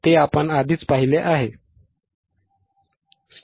ते आपण आधीच पाहिले आहे